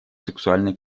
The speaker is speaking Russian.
сексуальной